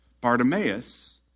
Bartimaeus